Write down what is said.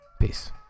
Peace